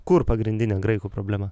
kur pagrindinė graikų problema